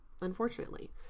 unfortunately